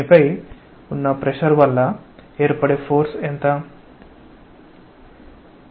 దీనిపై ఉన్న ప్రెషర్ వల్ల ఏర్పడే ఫోర్స్ ఏమిటి